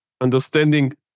understanding